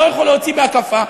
לא יכול להוציא בהקפה,